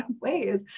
ways